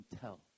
tell